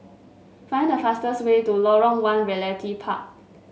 find the fastest way to Lorong One Realty Park